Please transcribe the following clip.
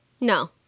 No